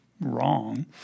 wrong